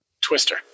Twister